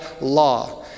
law